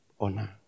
Honor